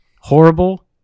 horrible